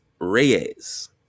Reyes